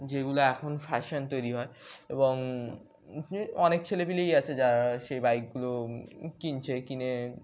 যেগুলো এখন ফ্যাশান তৈরি হয় এবং অনেক ছেলেপিলেই আছে যারা সেই বাইকগুলো কিনছে কিনে